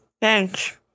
Thanks